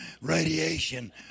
Radiation